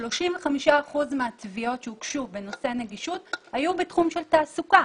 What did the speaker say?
ש-35% מהתביעות שהוגשו בנושא נגישות היו בתחום של תעסוקה,